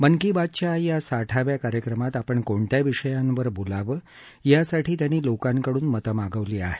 मन की बातच्या या साठाव्या कार्यक्रमात आपण कोणत्या विषयांवर बोलावं यासाठी त्यांनी लोकांकडून मतं मागवली आहेत